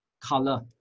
color